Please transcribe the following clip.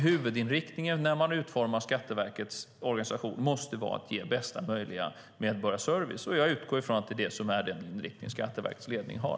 Huvudinriktningen när man utformar Skatteverkets organisation måste vara att ge bästa möjliga medborgarservice, och jag utgår från att det är den inriktning som Skatteverkets ledning har.